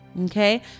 Okay